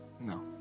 No